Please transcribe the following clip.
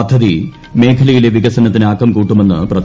പദ്ധതി മേഖലയിലെ വികസനത്തിന് ആക്കം കൂട്ടുമെന്ന് പ്രധാനമന്ത്രി